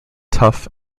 tough